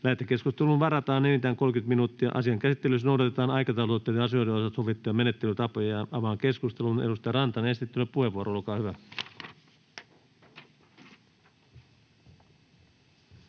Lähetekeskusteluun varataan enintään 30 minuuttia. Tässä asian käsittelyssä noudatetaan aikataulutettujen asioiden osalta sovittuja menettelytapoja. — Avaan keskustelun. Esittelypuheenvuoro, edustaja